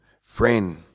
Friend